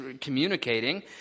communicating